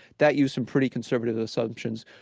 that uses some pretty conservative assumptions.